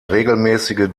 regelmäßige